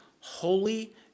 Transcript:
holy